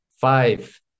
five